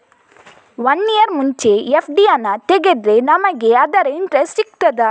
One year ಮುಂಚೆ FD ಹಣ ತೆಗೆದ್ರೆ ನಮಗೆ ಅದರ ಇಂಟ್ರೆಸ್ಟ್ ಸಿಗ್ತದ?